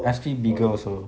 S_P bigger also